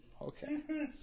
Okay